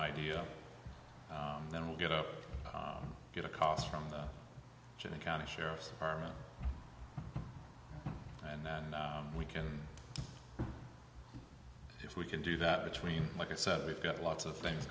idea then we'll get up get a cost from the genny county sheriff's department and then we can if we can do that between like i said we've got lots of things